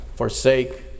forsake